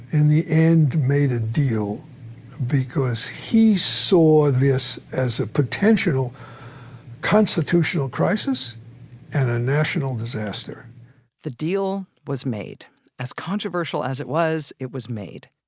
in the end, made a deal because he saw this as a potential constitutional crisis and a national disaster the deal was made as controversial as it was it was made.